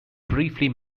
briefly